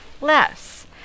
less